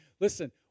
Listen